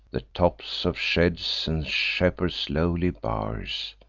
the tops of sheds, and shepherds' lowly bow'rs,